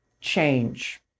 change